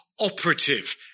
operative